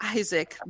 isaac